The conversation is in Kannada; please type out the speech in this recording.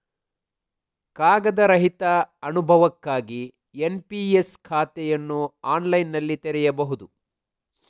ಕಾಗದ ರಹಿತ ಅನುಭವಕ್ಕಾಗಿ ಎನ್.ಪಿ.ಎಸ್ ಖಾತೆಯನ್ನು ಆನ್ಲೈನಿನಲ್ಲಿ ತೆರೆಯಬಹುದು